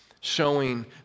showing